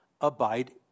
abide